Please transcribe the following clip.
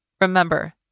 Remember